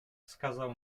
wskazał